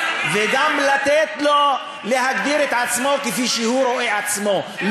וגם לתת לו להגדיר את עצמו כפי שהוא רואה עצמו,